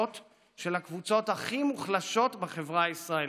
של הקבוצות הכי מוחלשות בחברה הישראלית,